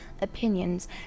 opinions